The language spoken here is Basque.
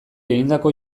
egindako